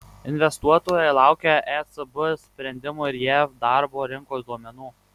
investuotojai laukia ecb sprendimo ir jav darbo rinkos duomenų